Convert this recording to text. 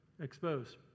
Exposed